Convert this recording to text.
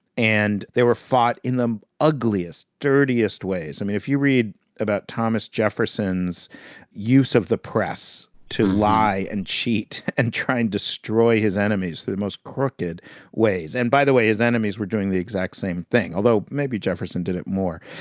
and they were fought in the ugliest, dirtiest ways. i mean if you read about thomas jefferson's use of the press to lie and cheat and try and destroy his enemies through the most crooked ways and by the way, his enemies were doing the exact same thing, although maybe jefferson did it more.